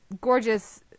gorgeous